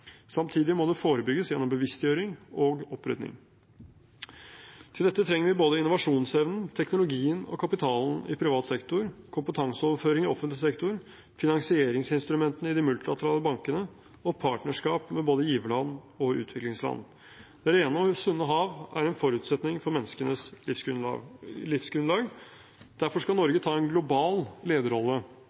Samtidig må det forebygges gjennom bevisstgjøring og opprydning. Til dette trenger vi både innovasjonsevnen, teknologien og kapitalen i privat sektor, kompetanseoverføringen i offentlig sektor, finansieringsinstrumentene i de multilaterale bankene og partnerskap med både giverland og utviklingsland. Rene og sunne hav er en forutsetning for menneskenes livsgrunnlag. Derfor skal Norge ta en global lederrolle